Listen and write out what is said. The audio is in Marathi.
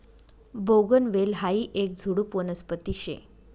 बोगनवेल हायी येक झुडुप वनस्पती शे